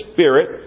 Spirit